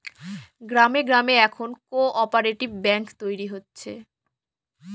গ্রামে গ্রামে এখন কোঅপ্যারেটিভ ব্যাঙ্ক তৈরী হচ্ছে